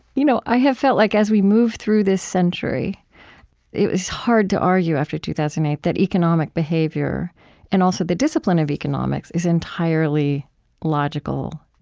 you know i have felt like as we move through this century it was hard to argue, after two thousand and eight, that economic behavior and, also, the discipline of economics, is entirely logical.